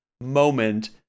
moment